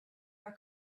her